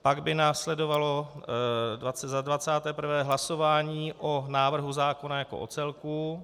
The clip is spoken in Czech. Pak by následovalo za dvacáté prvé hlasování o návrhu zákona jako o celku.